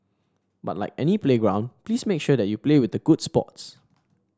but like any playground please make sure that you play with the good sports